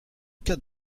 cas